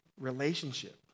relationship